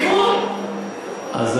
אז למה עמדת פה והשמצת?